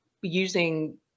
using